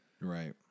Right